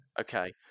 Okay